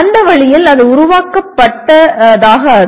அந்த வழியில் அது உருவாக்கப்பட்டதாகாது